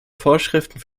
vorschriften